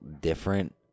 different